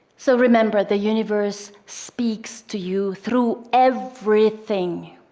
so remember the universe speaks to you through everything.